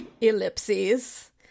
ellipses